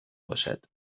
باشد